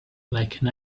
like